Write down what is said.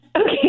Okay